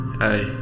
hey